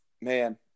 man